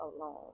alone